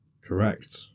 Correct